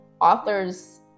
author's